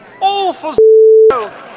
awful